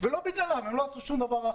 ולא בגלל בעלי העסקים,